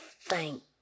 thank